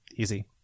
easy